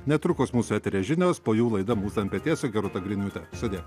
netrukus mūsų eteryje žinios po jų laida mūza ant peties su gerūta griniūte sudie